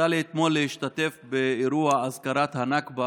יצא לי אתמול להשתתף באירוע הזכרת הנכבה